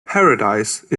paradise